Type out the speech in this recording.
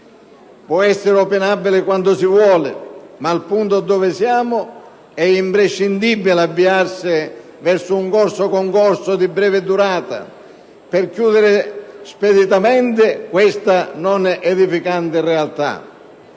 Può essere opinabile quanto si vuole, ma al punto dove siamo è imprescindibile avviarsi verso un corso-concorso, di breve durata, per chiudere speditamente questa non edificante realtà.